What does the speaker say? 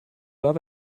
have